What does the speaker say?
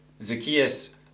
Zacchaeus